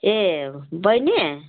ए बैनी